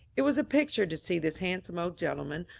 it was a picture to see this handsome old gentleman,